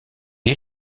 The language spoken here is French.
est